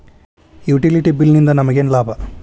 Utility bill ನಿಂದ್ ನಮಗೇನ ಲಾಭಾ?